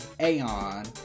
Aeon